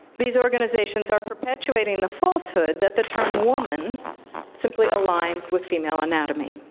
these organizations are perpetuating the falsehood that the term woman simply aligns with female anatomy.